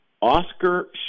Oscar